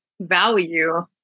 value